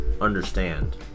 understand